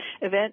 event